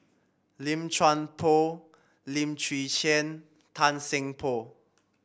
Lim Chuan Poh Lim Chwee Chian Tan Seng Poh